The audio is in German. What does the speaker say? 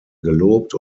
gelobt